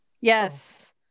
Yes